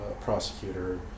prosecutor